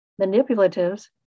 manipulatives